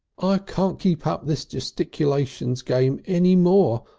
i can't keep up this gesticulations game any more!